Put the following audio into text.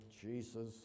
Jesus